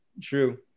True